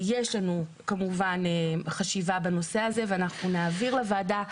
יש לנו כמובן חשיבה בנושא הזה ואנחנו נעביר לוועדה,